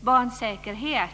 barnsäkerhet.